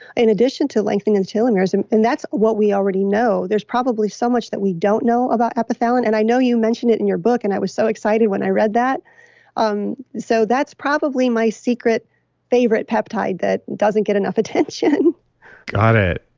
in addition to lengthening the telomeres, and and that's what we already know. there's probably so much that we don't know about epitalon. and i know you mentioned it in your book, and i was so excited when i read that um so that's probably my secret favorite peptide that doesn't get enough attention got it.